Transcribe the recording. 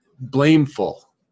blameful